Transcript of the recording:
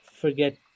forget